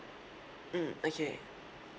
mm okay